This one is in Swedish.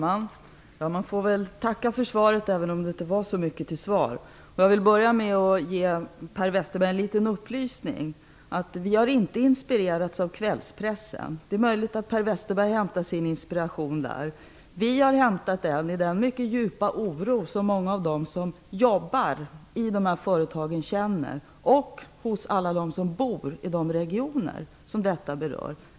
Fru talman! Man får väl tacka för svaret, även om det inte var mycket till svar. Jag vill börja med att ge Per Westerberg en liten upplysning: Vi har inte inspirerats av kvällspressen. Det är möjligt att Per Westerberg hämtar sin inspiration där. Vi har hämtat den i den mycket djupa oro som många av dem som jobbar i dessa företag känner och hos alla dem som bor i de regioner som detta berör.